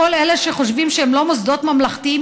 כל אלה שחושבים שהם לא מוסדות ממלכתיים,